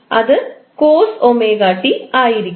അത് cos 𝜔𝑡 ആയിരിക്കും